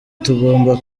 tugomba